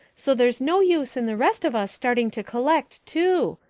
so there's no use in the rest of us starting to collect, too.